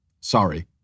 Sorry